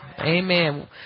amen